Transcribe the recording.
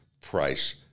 price